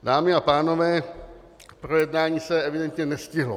Dámy a pánové, projednání se evidentně nestihlo.